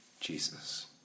Jesus